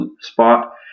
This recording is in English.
spot